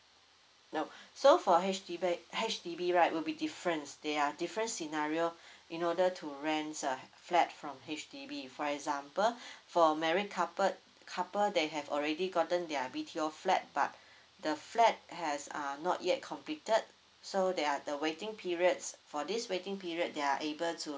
no so for H_D_Boa~ H_D_B right will be different there are different scenario in order to rents a flat from H_D_B for example for married coupled couple they have already gotten their B_T_O flat but the flat has uh not yet completed so they are the waiting periods for this waiting period they're able to